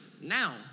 Now